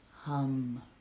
Hum